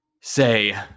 say